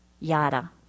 Yada